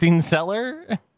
seller